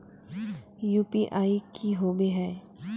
UPI की होबे है?